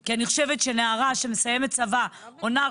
כי אני חושבת שנערה שמסיימת צבא או נער